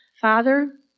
Father